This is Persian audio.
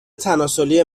تناسلی